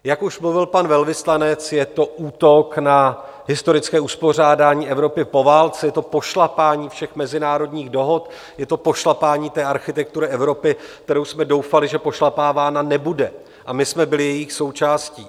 Jak už mluvil pan velvyslanec, je to útok na historické uspořádání Evropy po válce, je to pošlapání všech mezinárodních dohod, je to pošlapání té architektury Evropy, kterou jsme doufali, že pošlapávána nebude, a my jsme byli jejich součástí.